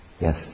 Yes